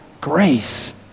grace